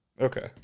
Okay